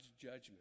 judgment